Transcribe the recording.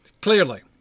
clearly